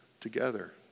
together